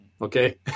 okay